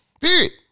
Period